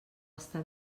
està